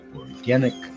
organic